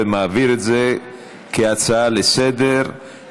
ומעביר את זה כהצעה לסדר-היום,